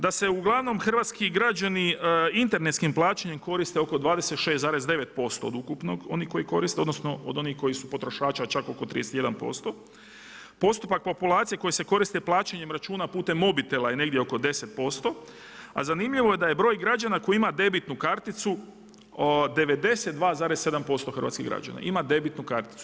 Da se uglavnom hrvatski građani internetskim plaćanjem koriste oko 26,9% od ukupnog odnosno od onih koji su potrošača čak oko 31%, postupak populacije koji se koristi plaćanjem računa putem mobitela je negdje oko 10%, a zanimljivo je da je broj građana koji ima debitnu karticu 92,7% hrvatskih građana ima debitnu karticu.